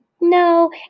no